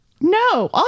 No